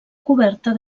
coberta